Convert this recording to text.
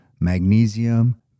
magnesium